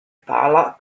pala